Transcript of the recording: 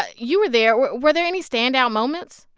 ah you were there. were were there any standout moments?